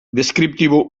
deskriptibo